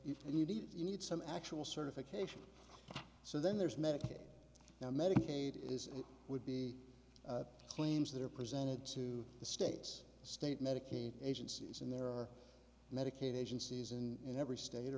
if you need you need some actual certification so then there's medicaid now medicaid is it would be claims that are presented to the states state medicaid agencies and there are medicaid agencies in in every state